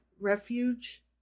refuge